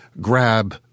grab